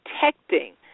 protecting